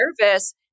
nervous